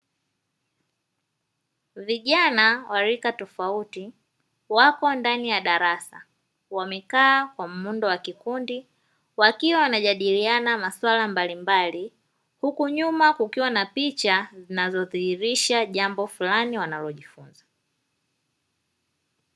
Vijana wa rika tofauti wapo ndani ya darasa wamekaa kwa muundo wa kikundi wakiwa wanajadiliana maswala mbalimbali, huku nyuma kukiwa na picha inayodhihirisha jambo fulani wanalojifunza.